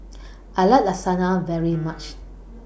I like Lasagna very much